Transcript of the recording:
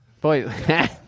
Boy